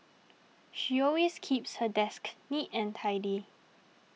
she always keeps her desk neat and tidy